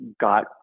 got